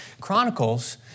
Chronicles